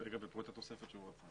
וכאן את התוספת שהוא רצה,